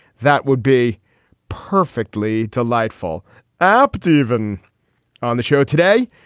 that would be perfectly delightful up to even on the show today.